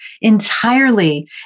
entirely